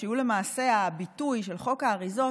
שהוא למעשה הביטוי של חוק האריזות,